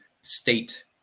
state